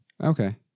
Okay